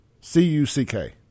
C-U-C-K